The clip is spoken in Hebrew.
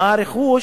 מה הרכוש,